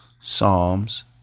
psalms